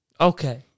Okay